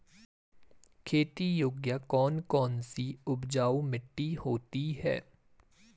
खेती योग्य कौन कौन सी उपजाऊ मिट्टी होती है?